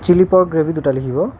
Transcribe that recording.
chilli pork gravy দুটা লিখিব